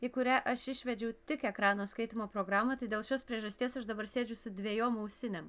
į kurią aš išvedžiau tik ekrano skaitymo programą tai dėl šios priežasties aš dabar sėdžiu su dvejom ausinėm